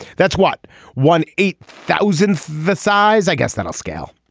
that's what one eight thousand the size i guess that i'll scale.